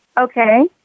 okay